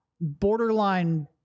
borderline